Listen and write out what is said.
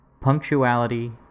punctuality